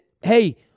hey